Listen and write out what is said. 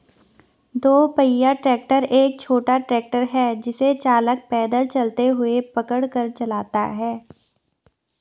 दो पहिया ट्रैक्टर एक छोटा ट्रैक्टर है जिसे चालक पैदल चलते हुए पकड़ कर चलाता है